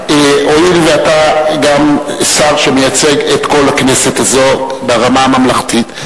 הואיל ואתה גם שר שמייצג את כל הכנסת הזו ברמה הממלכתית,